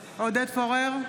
פורר,